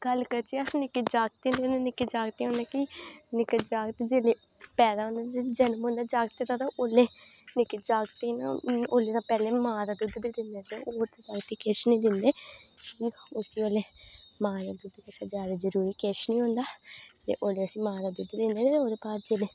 गल्ल करचै अस जागते दी निक्के जागत होंदे कि निक्के जागत जिसलै पैदा होंदे ना जिसले जन्म होंदा जागतै दा तेउसलै निक्के जागत ना उसलै ते पैहलें मां दा दुद्ध बी पींदे ना और जागते गी किश नी दिंदे उसी उसले मां दा दुद्ध दी ज्यादा जरुरी किश नी होंदा उसी मां दा दुद्ध दिंदे जिसलै